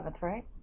right